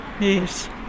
yes